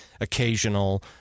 occasional